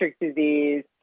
disease